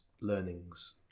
learnings